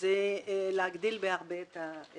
זה להגדיל בהרבה את הסיכונים.